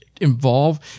involve